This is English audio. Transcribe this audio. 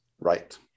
Right